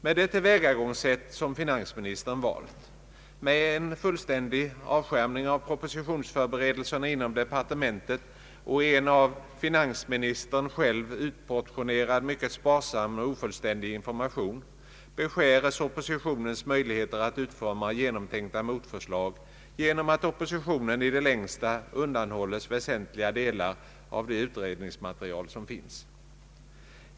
Med det tillvägagångssätt som finansministern valt — med en fullständig avskärmning av propositionsförberedelserna inom departementet och en av finansministern = själv utportionerad mycket sparsam och ofullständig information — beskärs oppositionens möjligheter att utforma genomtänkta motförslag genom att oppositionen i det längsta undanhålles väsentliga delar av det utredningsmaterial som finns.